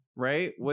Right